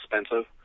expensive